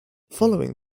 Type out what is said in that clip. following